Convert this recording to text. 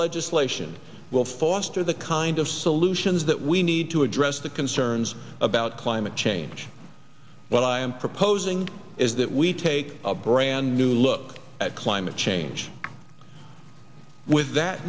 legislation will foster the kind of solutions that we need to address the concerns about climate change when i am proposing is that we take a brand new look at climate change with that